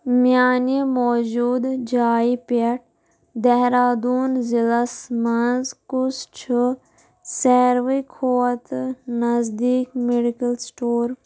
میانہِ موٗجوٗدٕ جایہِ پٮ۪ٹھ دہرادوٗن ضلعس مَنٛز کُس چھُ ساروِی کھوتہٕ نزدیٖک میڈیکل سِٹور